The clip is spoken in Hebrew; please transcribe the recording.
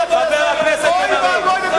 חבר הכנסת בן-ארי.